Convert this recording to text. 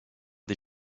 des